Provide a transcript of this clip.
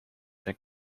zijn